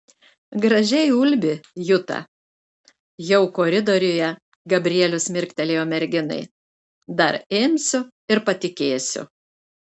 gražiai ulbi juta jau koridoriuje gabrielius mirktelėjo merginai dar imsiu ir patikėsiu